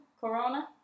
corona